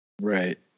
Right